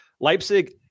Leipzig